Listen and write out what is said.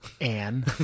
Anne